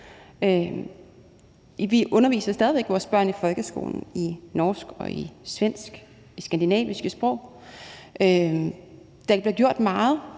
Vi underviser stadig væk vores børn i folkeskolen i norsk og svensk, i de skandinaviske sprog. Der bliver gjort meget.